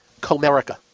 Comerica